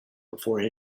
before